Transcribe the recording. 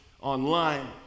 online